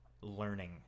learning